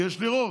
כי יש לי רוב.